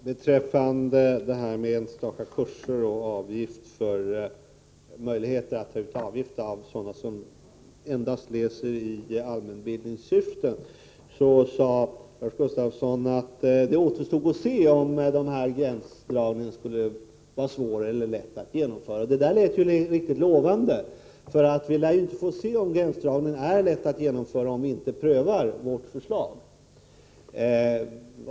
Herr talman! Vad beträffar enstaka kurser och möjlighet att ta ut avgift av sådana som läser endast i allmänbildningssyfte sade Lars Gustafsson att det återstod att se om gränsdragningen skulle vara svår eller lätt att genomföra. Det lät riktigt lovande, för vi lär ju inte få se om gränsdragningen är lätt att genomföra, om man inte prövar vårt förslag.